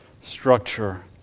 structure